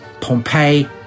Pompeii